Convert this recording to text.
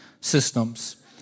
systems